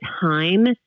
time